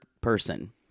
person